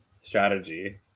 strategy